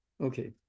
okay